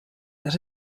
that